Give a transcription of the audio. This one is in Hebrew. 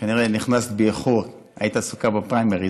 כנראה נכנסת באיחור, היית עסוקה בפריימריז.